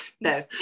No